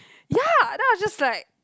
ya then I'll just like